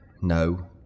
No